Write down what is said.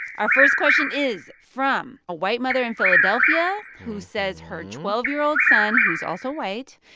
our first question is from a white mother in philadelphia who says her twelve year old son, who's also white,